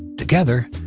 together,